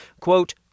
quote